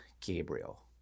Gabriel